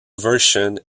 version